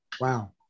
Wow